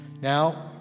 Now